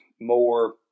more